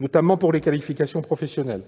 notamment pour les qualifications professionnelles.